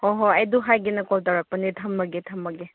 ꯍꯣꯏ ꯍꯣꯏ ꯑꯩ ꯑꯗꯨ ꯍꯥꯏꯒꯦꯅ ꯀꯣꯜ ꯇꯧꯔꯛꯄꯅꯦ ꯊꯝꯂꯒꯦ ꯊꯝꯂꯒꯦ